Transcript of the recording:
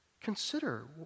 consider